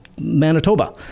Manitoba